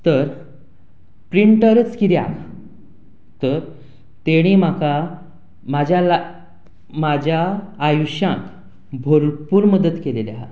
तर प्रिंटरूच कित्याक तर तांणे म्हाका म्हज्या लाय म्हज्या आयुश्यांत भरपूर मदत केल्ली आसा